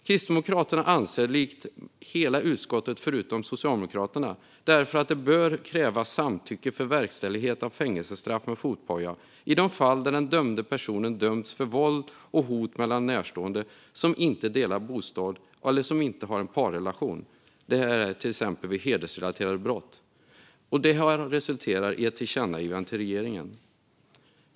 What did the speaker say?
Kristdemokraterna anser därför, likt hela utskottet förutom Socialdemokraterna, att det bör krävas samtycke för verkställighet av fängelsestraff med fotboja i de fall den dömda personen har dömts för våld och hot mot en närstående som man inte delar bostad med eller är i en parrelation med, till exempel vid hedersrelaterade brott. Det har resulterat i ett förslag om tillkännagivande till regeringen.